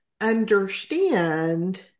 understand